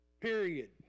period